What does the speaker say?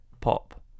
pop